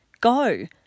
Go